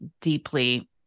deeply